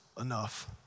enough